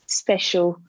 special